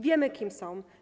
Wiemy, kim są.